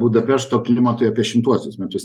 budapešto klimatui apie šimtuosius metus